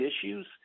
issues